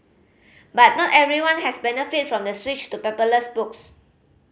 but not everyone has benefited from the switch to paperless books